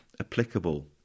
applicable